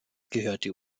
gehörte